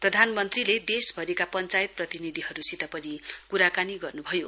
प्रधानमन्त्रीले देशभरिका पञ्चायत प्रतिनिधिहरूसित पनि कुराकानी गर्नुभयो